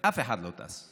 אף אחד לא טס.